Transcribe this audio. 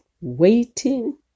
Waiting